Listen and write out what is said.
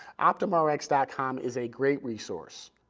optumrx dot com is a great resource.